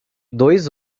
dois